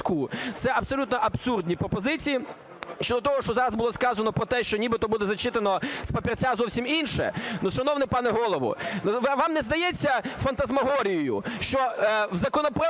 Це абсолютно абсурдні пропозиції. Щодо того, що зараз було сказано про те, що нібито буде зачитано з папірця зовсім інше.